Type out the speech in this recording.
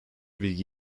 bilgi